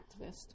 activist